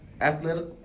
athletic